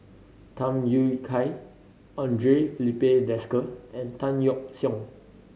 Tham Yui Kai Andre Filipe Desker and Tan Yeok Seong